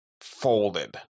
folded